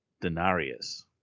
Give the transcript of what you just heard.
denarius